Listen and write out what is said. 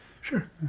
Sure